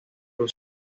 crucial